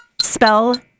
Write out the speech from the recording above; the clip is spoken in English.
Spell